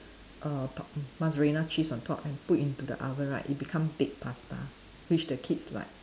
err par~ mozzarella cheese on top and put into the oven right it become baked pasta which the kids like